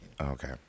Okay